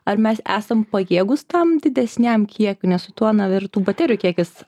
ar mes esam pajėgūs tam didesniam kiekiui nes su tuo na ir tų baterijų kiekis